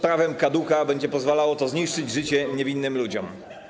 Prawem kaduka będzie pozwalało to zniszczyć życie niewinnym ludziom.